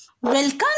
Welcome